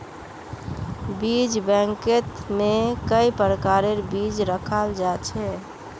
बीज बैंकत में कई प्रकारेर बीज रखाल जा छे